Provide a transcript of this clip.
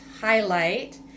highlight